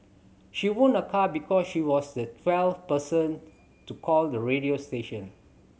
she won a car because she was the twelfth person to call the radio station